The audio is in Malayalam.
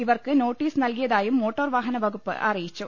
ഇവർക്ക് നോട്ടീസ് നൽകിയതായും മോട്ടോർ വാഹനവകുപ്പ് അറിയിച്ചു